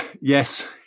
Yes